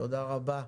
תודה רבה.